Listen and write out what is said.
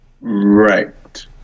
right